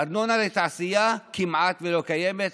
ארנונה לתעשייה כמעט לא קיימת,